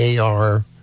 AR